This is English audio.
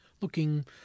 looking